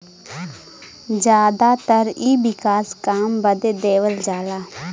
जादातर इ विकास काम बदे देवल जाला